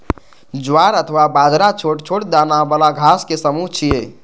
ज्वार अथवा बाजरा छोट छोट दाना बला घासक समूह छियै